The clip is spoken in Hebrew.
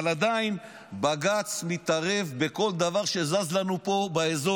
אבל עדיין, בג"ץ מתערב בכל דבר שזז לנו פה באזור.